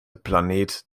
planet